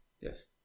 Yes